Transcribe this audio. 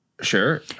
Sure